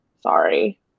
Sorry